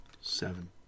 seven